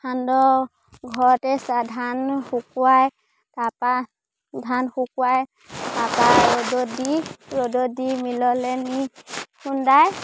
সান্দহ ঘৰতে ধান শুকুৱাই তাৰপৰা ধান শুকুৱাই তাৰপৰা ৰ'দত দি ৰ'দত দি মিললৈ নি খুন্দাই